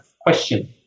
question